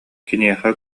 киниэхэ